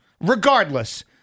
Regardless